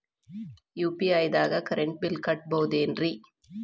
UPI ದಾಗ current bill ಕಟ್ಟಬಹುದೇನ್ರಿ?